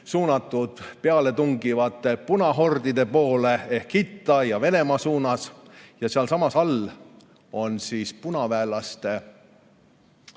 suunatud pealetungivate punahordide poole ehk itta ja Venemaa suunas. Ja sealsamas all on punaväelaste